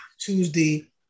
Tuesday